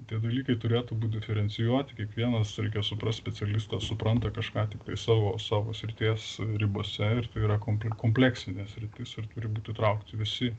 tie dalykai turėtų būt diferencijuoti kiekvienas reikia suprast specialistas supranta kažką tiktai savo savo srities ribose ir tai yra komple kompleksinė sritis ir turi būti įtraukti visi